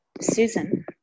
Susan